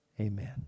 Amen